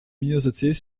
myosotis